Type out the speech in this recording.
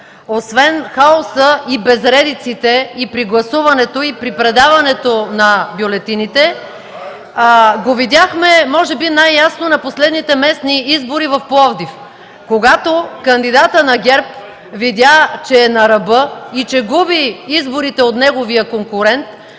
освен хаоса и безредиците и при гласуването, и при предаването на бюлетините, го видяхме може би най-ясно на последните местни избори в Пловдив. Когато кандидатът на ГЕРБ видя, че е на ръба и че губи изборите от неговия конкурент,